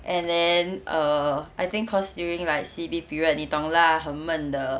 and then err I think cause during like C_B period 你懂啦很闷的